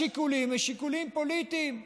השיקולים הם שיקולים פוליטיים.